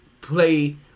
play